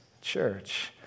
Church